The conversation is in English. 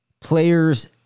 players